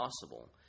possible